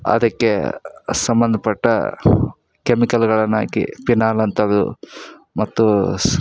ಆದಕ್ಕೆ ಸಂಬಂಧಪಟ್ಟ ಕೆಮಿಕಲ್ಗಳನ್ನು ಹಾಕಿ ಪಿನಾಲ್ ಅಂಥದ್ದು ಮತ್ತು ಸ್